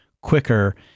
quicker